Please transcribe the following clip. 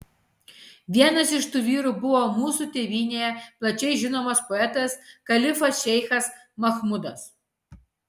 vienas iš tų vyrų buvo mūsų tėvynėje plačiai žinomas poetas kalifas šeichas machmudas